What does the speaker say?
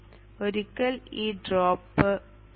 ഒരിക്കൽ ഈ ഡ്രോപ്പ് 0